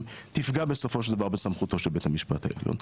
תפגע בסופו של דבר בסמכות של בית המשפט העליון,